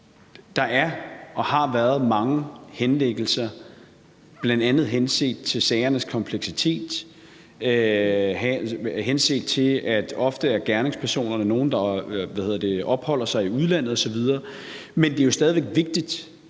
der er og har været mange henlæggelser, bl.a. henset til sagernes kompleksitet, henset til at gerningspersonerne ofte er nogle, der opholder sig i udlandet osv., men det er jo stadig væk vigtigt,